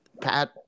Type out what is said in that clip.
Pat